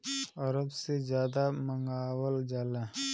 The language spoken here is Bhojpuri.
अरब से जादा मंगावल जाला